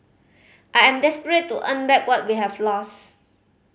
I am desperate to earn back what we have lost